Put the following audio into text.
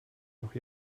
doch